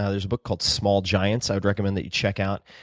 ah there's a book called small giants, i would recommend that you check out.